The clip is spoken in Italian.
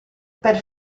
per